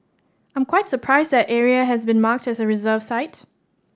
I'm quite surprised that area has been marked as a reserve site